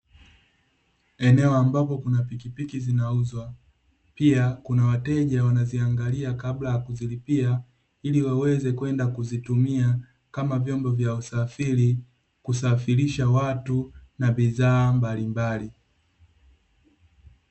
Eneo ambapo kuna pikipiki zinauzwa. Pia kuna wateja wanaziangalia kabla ya kuzilipia, ili waweze kwenda kuzitumia kama vyombo vya usafiri, kusafirisha watu na bidhaa mbalimbali.